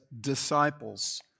disciples